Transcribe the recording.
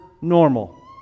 normal